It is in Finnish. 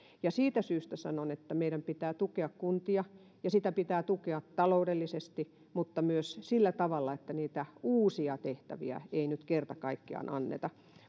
siitä syystä sanon että meidän pitää tukea kuntia pitää tukea taloudellisesti mutta myös sillä tavalla että niitä uusia tehtäviä ei ei nyt kerta kaikkiaan anneta